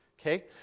okay